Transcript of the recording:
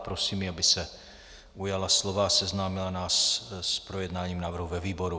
Prosím ji, aby se ujala slova a seznámila nás s projednáním návrhu ve výboru.